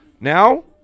Now